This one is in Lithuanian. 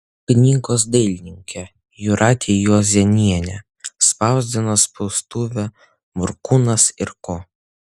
knygos dailininkė jūratė juozėnienė spausdino spaustuvė morkūnas ir ko